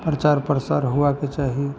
प्रचार प्रसार हुअके चाही